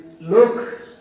Look